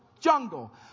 jungle